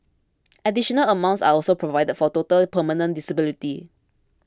additional amounts are also provided for total permanent disability